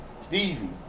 Stevie